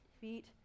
feet